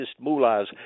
mullahs